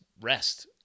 rest